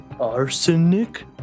arsenic